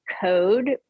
code